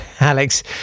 Alex